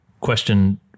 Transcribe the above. question